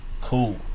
cool